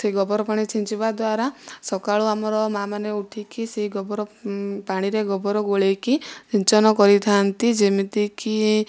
ସେହି ଗୋବର ପାଣି ଛିଞ୍ଚିବା ଦ୍ୱାରା ସକାଳୁ ଆମର ମା ମାନେ ଉଠିକି ସେହି ଗୋବର ପାଣିରେ ଗୋବର ଗୋଳାଇକି ସିଞ୍ଚନ କରିଥାନ୍ତି ଯେମିତିକି